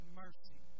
mercy